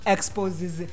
Exposes